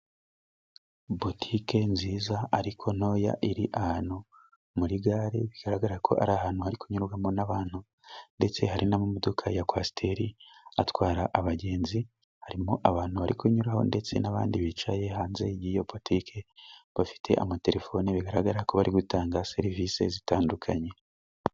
Botike nziza ariko ntoya，iri ahantu muri gare， bigaragara ko ari ahantu hari kunyurwamo n'abantu， ndetse hari n'amamodoka ya kwasiteri atwara abagenzi，harimo abantu bari kunyuraho， ndetse n'abandi bicaye hanze y'iyo botike， bafite amaterefoni， bigaragara ko bari gutanga serivisi zitandukanye.